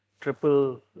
triple